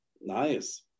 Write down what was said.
Nice